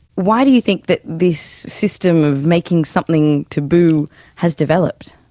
why do you think that this system of making something taboo has developed?